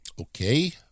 Okay